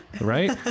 right